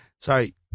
Sorry